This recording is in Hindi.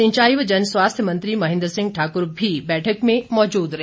सिंचाई व जनस्वास्थ्य मंत्री महेन्द्र सिंह ठाकुर भी बैठक में मौजूद रहे